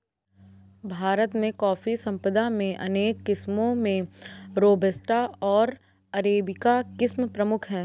भारत में कॉफ़ी संपदा में अनेक किस्मो में रोबस्टा ओर अरेबिका किस्म प्रमुख है